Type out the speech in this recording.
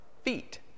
Feet